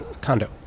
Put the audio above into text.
condo